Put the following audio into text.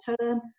term